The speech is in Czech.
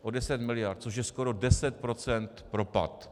O 10 miliard, což je skoro 10 % propad.